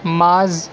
معاذ